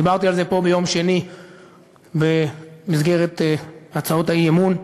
דיברתי על זה פה ביום שני במסגרת הצעות האי-אמון.